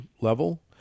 level